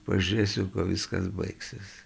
pažiūrėsiu kuo viskas baigsis